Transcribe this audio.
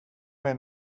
med